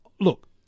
Look